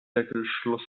zirkelschluss